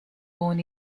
born